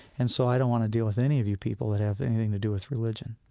and so i don't want to deal with any of you people that have anything to do with religion,